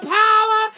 power